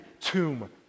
tomb